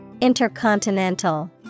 Intercontinental